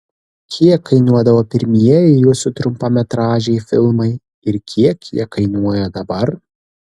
kiek kainuodavo pirmieji jūsų trumpametražiai filmai ir kiek jie kainuoja dabar